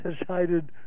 decided